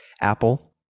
Apple